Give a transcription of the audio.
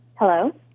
Hello